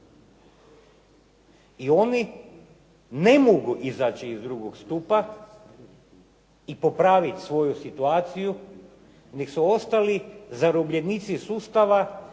I oni ne mogu izaći iz drugog stupa i popraviti svoju situaciju nego su ostali zarobljenici sustava koji